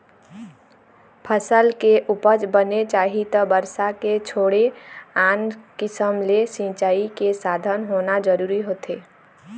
फसल के उपज बने चाही त बरसा के छोड़े आन किसम ले सिंचई के साधन होना जरूरी होथे